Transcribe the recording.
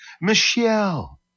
Michelle